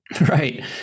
Right